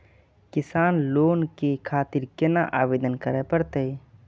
किसान लोन के खातिर केना आवेदन करें परतें?